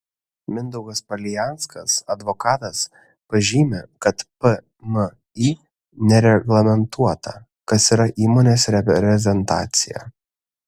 mindaugas palijanskas advokatas pažymi kad pmį nereglamentuota kas yra įmonės reprezentacija